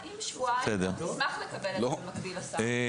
אם זה שבועיים אנחנו נשמח לקבל את זה במקביל לשר.